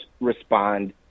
respond